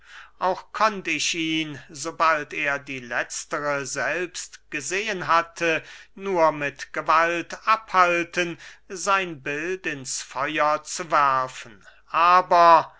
auch konnt ich ihn sobald er die letztere selbst gesehen hatte nur mit gewalt abhalten sein bild ins feuer zu werfen aber